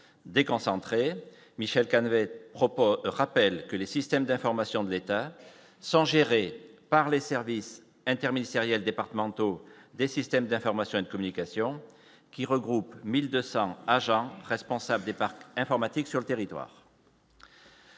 déconcentrées Michel Canivet propose rappelle que les systèmes d'information de l'État sans gérés par les services interministériel départementaux des systèmes d'information et de communication qui regroupe 1200 agents responsables des parcs informatiques sur le territoire.